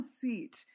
seat